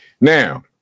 Now